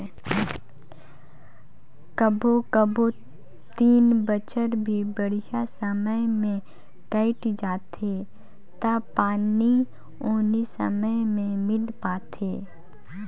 कभों कभों तीन बच्छर भी बड़िहा समय मे कइट जाथें त पानी उनी समे मे मिल पाथे